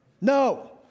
No